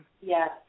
Yes